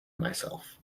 myself